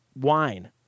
wine